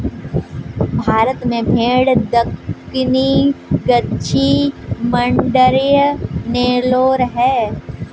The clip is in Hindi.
भारत में भेड़ दक्कनी, गद्दी, मांड्या, नेलोर है